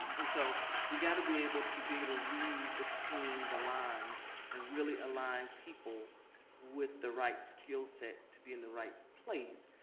and so we gotta be able to be able to read between the lines and really align people with the right skillset to be in the right place,